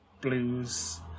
blues